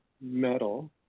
metal